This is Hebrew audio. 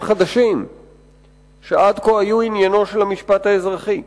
חדשים שעד כה היו עניינו של המשפט האזרחי.